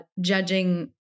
judging